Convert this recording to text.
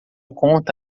conta